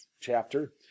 chapter